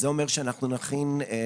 אז זה אומר שיהיה שם,